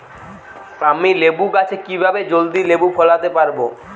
আমি লেবু গাছে কিভাবে জলদি লেবু ফলাতে পরাবো?